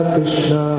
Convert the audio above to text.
Krishna